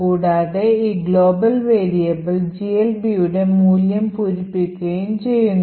കൂടാതെ ഈ global variable GLB യുടെ മൂല്യം പൂരിപ്പിക്കുകയും ചെയ്യുന്നു